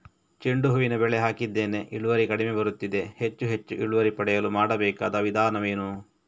ಚೆಂಡು ಹೂವಿನ ಬೆಳೆ ಹಾಕಿದ್ದೇನೆ, ಇಳುವರಿ ಕಡಿಮೆ ಬರುತ್ತಿದೆ, ಹೆಚ್ಚು ಹೆಚ್ಚು ಇಳುವರಿ ಪಡೆಯಲು ಮಾಡಬೇಕಾದ ವಿಧಾನವೇನು?